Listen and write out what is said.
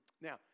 Now